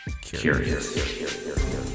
curious